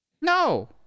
no